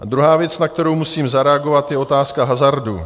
A druhá věc, na kterou musím zareagovat, je otázka hazardu.